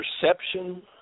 Perception